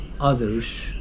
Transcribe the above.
others